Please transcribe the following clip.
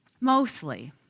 Mostly